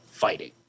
Fighting